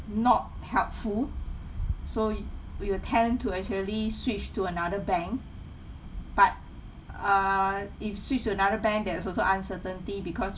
not helpful so we will tend to actually switch to another bank but err if switch to another bank there's also uncertainty because